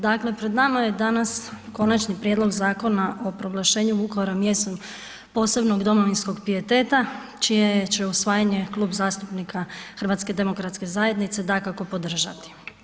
Dakle, pred nama je danas Konačni prijedlog Zakona o proglašenju Vukovara mjestom posebnog domovinskog pijeteta čije će usvajanje Kluba zastupnika HDZ-a, dakako, podržati.